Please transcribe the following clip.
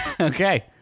Okay